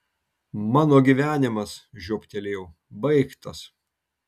mano gyvenimas žiobtelėjau baigtas